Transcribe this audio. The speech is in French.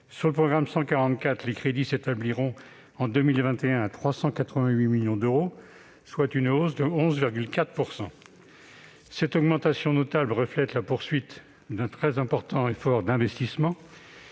Dans le programme 144, ses crédits s'établiront en 2021 à 388 millions d'euros, soit une hausse de 11,4 %. Cette augmentation notable traduit la poursuite d'un effort d'investissement